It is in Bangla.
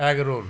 এগরোল